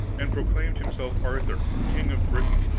and proclaimed himself arthur, king of britain,